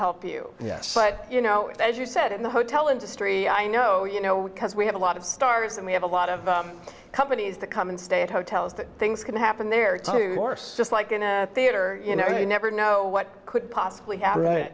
help you yes but you know as you said in the hotel industry i know you know because we have a lot of stars and we have a lot of companies that come and stay at hotels that things can happen there to force just like in a theater you know you never know what could possibly happen